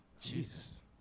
Jesus